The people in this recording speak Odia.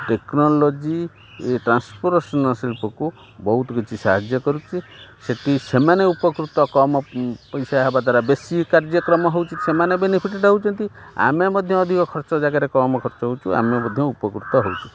ଟେକ୍ନୋଲୋଜି ଏ ଟ୍ରାନ୍ସପୋର୍ଟେସନ୍ ଶିଳ୍ପକୁ ବହୁତ କିଛି ସାହାଯ୍ୟ କରୁଛି ସେଠି ସେମାନେ ଉପକୃତ କମ୍ ପଇସା ହେବା ଦ୍ୱାରା ବେଶୀ କାର୍ଯ୍ୟକ୍ରମ ହେଉଛି ସେମାନେ ବେନିଫିଟେଡ଼୍ ହେଉଛନ୍ତି ଆମେ ମଧ୍ୟ ଅଧିକ ଖର୍ଚ୍ଚ ଜାଗାରେ କମ୍ ଖର୍ଚ୍ଚ ହେଉଛୁ ଆମେ ମଧ୍ୟ ଉପକୃତ ହେଉଛୁ